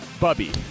Bubby